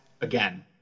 again